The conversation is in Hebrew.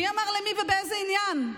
מי אמר למי ובאיזה עניין?